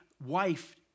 wife